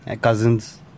cousins